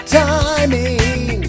timing